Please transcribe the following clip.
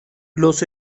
los